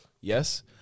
yes